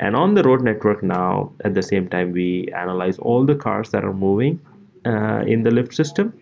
and on the road network now at the same time we analyze all the cars that are moving in the lyft system